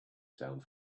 sound